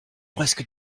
presque